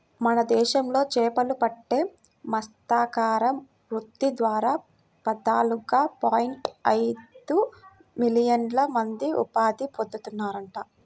మన దేశంలో చేపలు పట్టే మత్స్యకార వృత్తి ద్వారా పద్నాలుగు పాయింట్ ఐదు మిలియన్ల మంది ఉపాధి పొందుతున్నారంట